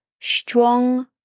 Strong